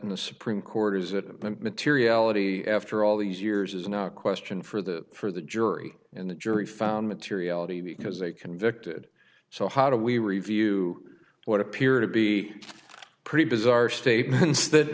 in the supreme court is that materiality after all these years is now a question for the for the jury and the jury found materiality because they convicted so how do we review what appear to be pretty bizarre statements that